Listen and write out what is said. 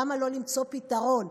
למה לא למצוא פתרון?